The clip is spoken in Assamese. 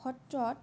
সত্ৰত